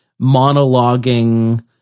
monologuing